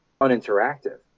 uninteractive